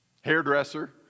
hairdresser